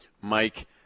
Mike